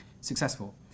successful